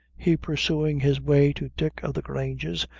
he pursuing his way to dick o' the grange's,